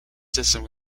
system